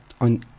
on